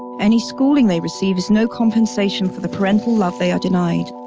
any schooling they receive is no compensation for the parental love they are denied,